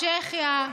צ'כיה,